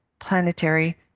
planetary